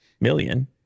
Million